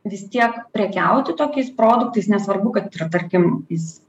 vis tiek prekiauti tokiais produktais nesvarbu kad ir tarkim jis